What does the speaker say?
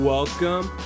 Welcome